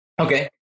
Okay